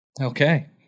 Okay